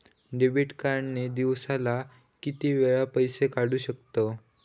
Debit card ने दिवसाला किती वेळा पैसे काढू शकतव?